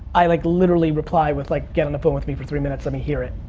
i, like, literally reply with, like, get on the phone with me for three minutes, let me hear it.